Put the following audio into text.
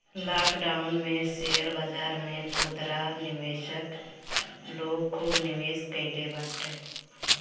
lockdown में share बाजार में खुदरा निवेशक लोग खूब निवेश कईले बाटे